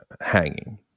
hanging